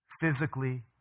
physically